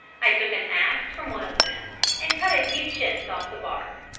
i took an axe from one of them and cut a few chips off the bark.